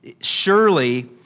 surely